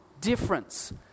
difference